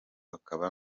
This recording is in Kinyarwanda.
akaba